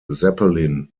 zeppelin